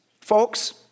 Folks